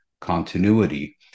continuity